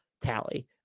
tally